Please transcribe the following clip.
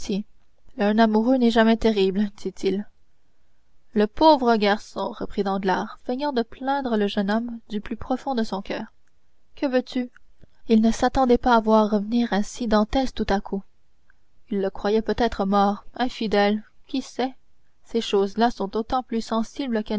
un amoureux n'est jamais terrible dit-il le pauvre garçon reprit danglars feignant de plaindre le jeune homme du plus profond de son coeur que veux-tu il ne s'attendait pas à voir revenir ainsi dantès tout à coup il le croyait peut-être mort infidèle qui sait ces choses-là sont d'autant plus sensibles